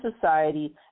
society